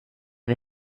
wir